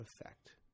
effect